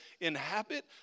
inhabit